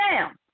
down